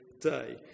day